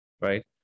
Right